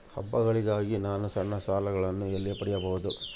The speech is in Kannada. ಹಬ್ಬಗಳಿಗಾಗಿ ನಾನು ಸಣ್ಣ ಸಾಲಗಳನ್ನು ಎಲ್ಲಿ ಪಡಿಬಹುದು?